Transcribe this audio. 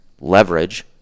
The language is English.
leverage